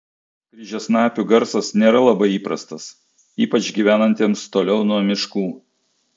kryžiasnapių garsas nėra labai įprastas ypač gyvenantiems toliau nuo miškų